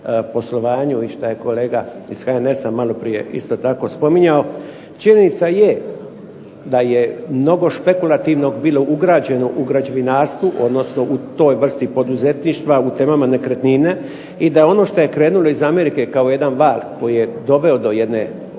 poslovanju i šta je kolega iz HNS-a maloprije isto tako spominjao. Činjenica je da je mnogo špekulativnog bilo ugrađeno u građevinarstvu odnosno u toj vrsti poduzetništva u temama nekretnine i da ono što je krenulo iz Amerike kao jedan val koji je doveo do jedne